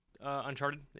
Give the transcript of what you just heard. Uncharted